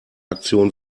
aktion